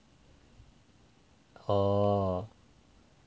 orh